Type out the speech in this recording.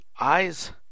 Eyes